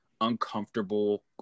uncomfortable